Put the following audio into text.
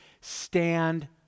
stand